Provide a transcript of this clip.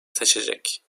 seçecek